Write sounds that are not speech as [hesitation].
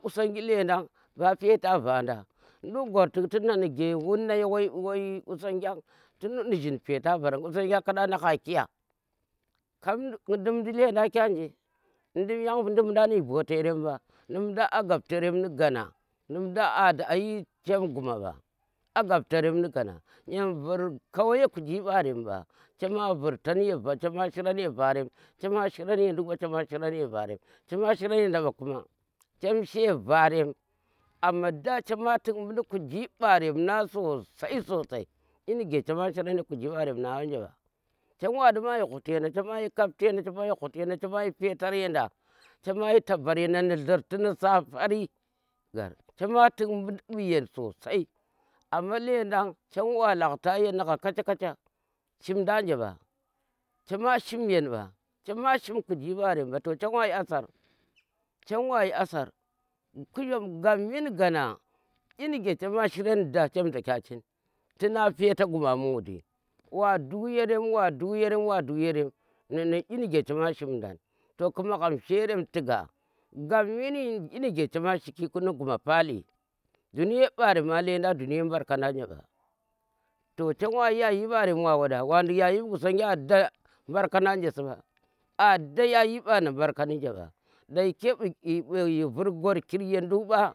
Qusangi lendang ba peta vanda, nduk gwar tuk tu na nuke wud na ye wai wai qusangiyan tu ni jin peta varan qusangiyan kada na ha kiya?kap [unintelligible] yang Dimdi lendang kye nje dinm yang dimda ni bote yerem ɓa dimndan a gap tarem ni gana dimnda ayi ni chem guma ɓa, agap tarem ni gana yem vur kawa ye kuji mbarem mba chema vur [hesitation] a chema shi ran ya varem, chema shiran yanda mɓa kuma, chema shiran ya nduk mba. chema shiran ye varem amma da chema tuk mundi mbu kuji mbarem nang sosai sosai inuke chema shiran ni kiju mbarem nang anje mba chema yhi ghuti yenda, chema yi kapti yenda chema yi ghuti chema yi petar yenda chema yi tabar ni dlurti ni sapari kap ghar chema tuk mundi mbu yend sosai amma lendam chem wa lokta yen ni ghaa kacha kacha shimdi anje ɓa, chema shim yeng mba chema shim kuji mbarem mba to chem wa yi asar chem wa yi asar ku gjum gammin gana nige chema shiran daa cham daka chin ti nang peta guma mughdi wa ndu yerem,, wa nduk yerem wa duk yerem, lendang kyi nuke chema shim dan to khu magham sherem tu gha. gapmi yin inu chema shiki guma pali dunye mbaren lendan dunya anje mba to chem wa yi yayi mbaren wa wada, wa nduk yayi mbu qusange ada mbarkandan nje si mba a da yayi mba da mbarkandi nje mba [unintelligible] vur gwarkir ye uduk mba.